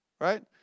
right